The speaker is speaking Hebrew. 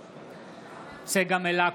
בעד צגה מלקו,